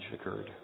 occurred